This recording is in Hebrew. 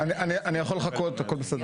אני יכול לחכות הכול בסדר.